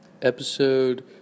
Episode